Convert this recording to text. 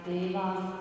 Devas